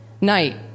night